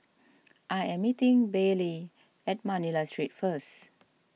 I am meeting Baylee at Manila Street first